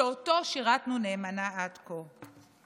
שאותו שירתנו נאמנה עד כה.